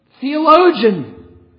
theologian